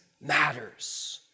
matters